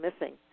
missing